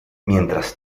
mientras